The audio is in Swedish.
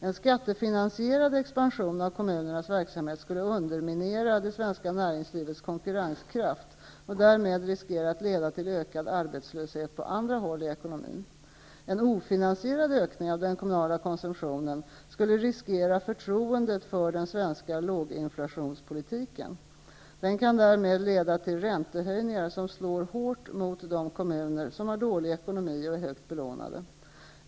En skattefinansierad expansion av kommunernas verksamhet skulle underminera det svenska näringslivets konkurrenskraft och därmed riskera att leda till ökad arbetslöshet på andra håll i ekonomin. En ofinansierad ökning av den kommunala konsumtionen skulle riskera förtroendet för den svenska låginflationspolitiken. Den kan därmed leda till räntehöjningar som slår hårt mot de kommuner som har dålig ekonomi och är högt belånade.